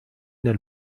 nel